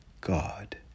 God